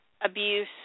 abuse